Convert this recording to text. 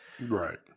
Right